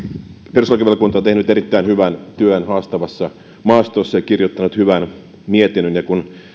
perustuslakivaliokunta on tehnyt erittäin hyvän työn haastavassa maastossa ja kirjoittanut hyvän mietinnön ja kun